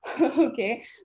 okay